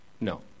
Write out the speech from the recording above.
No